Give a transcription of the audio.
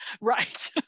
Right